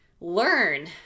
learn